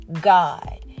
god